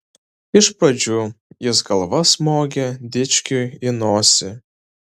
iš pradžių jis galva smogė dičkiui į nosį